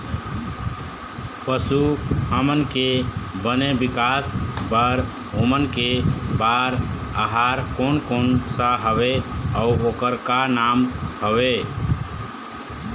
पशु हमन के बने विकास बार ओमन के बार आहार कोन कौन सा हवे अऊ ओकर का नाम हवे?